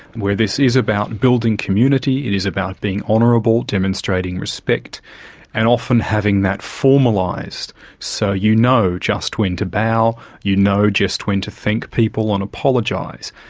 where this is about building community, it is about being honourable, demonstrating respect and often having that formalised so you know just when to bow, you know just when to thank people and apologise.